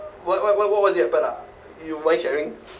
what what what what what was it happen ah you mind sharing